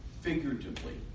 figuratively